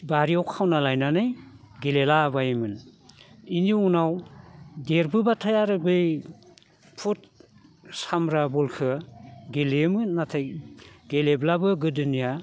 बारियाव खावना लायनानै गेलेला बायोमोन बेनि उनाव देरबोबाथाय आरो बै फुटसामब्रा बलखौ गेलेयोमोन नाथाय गेलेब्लाबो गोदोनिया